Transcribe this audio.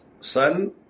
son